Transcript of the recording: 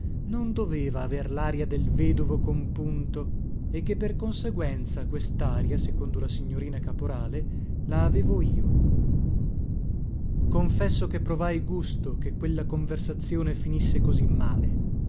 non doveva aver laria del vedovo compunto e che per conseguenza questaria secondo la signorina caporale la avevo io confesso che provai gusto che quella conversazione finisse così male